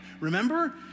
Remember